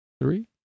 Three